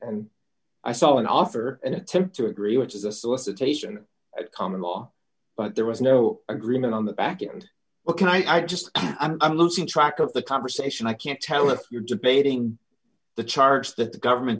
and i saw an offer an attempt to agree which is a solicitation of common law but there was no agreement on the back and ok i just i'm losing track of the conversation i can't tell if you're debating the charge that the government